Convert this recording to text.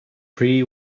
pre